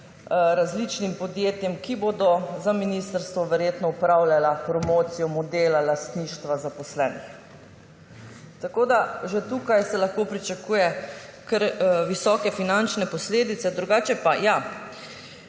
različnim podjetjem, ki bodo za ministrstvo verjetno opravljala promocijo modela lastništva zaposlenih. Tako da že tukaj se lahko pričakuje kar visoke finančne posledice. Drugače pa ja,